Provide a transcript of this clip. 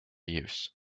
use